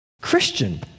Christian